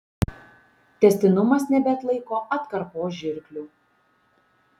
tęstinumas nebeatlaiko atkarpos žirklių